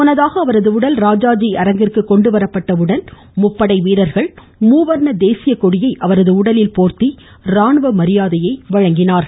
முன்னதாக அவரது உடல் ராஜாஜி அரங்கிற்கு கொண்டு வரப்பட்ட உடன் முப்படை வீரர்கள் மூவர்ண தேசியக்கொடியை அவரது உடலில் போர்த்தி ராணுவ மரியாதையை வழங்கினார்கள்